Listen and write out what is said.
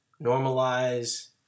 normalize